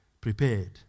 prepared